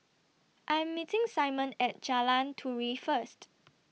I'm meeting Simon At Jalan Turi First